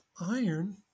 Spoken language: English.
iron